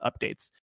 updates